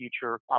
future